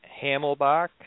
Hamelbach